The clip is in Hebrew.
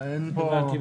הבנתי,